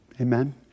Amen